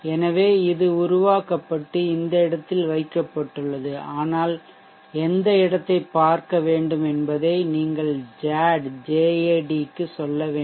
எனவே இது உருவாக்கப்பட்டு இந்த இடத்தில் வைக்கப்பட்டுள்ளது ஆனால் எந்த இடத்தைப் பார்க்க வேண்டும் என்பதை நீங்கள் JAD க்கு சொல்ல வேண்டும்